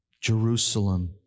Jerusalem